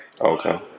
Okay